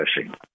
fishing